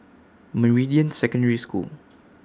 Meridian Secondary School